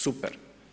Super.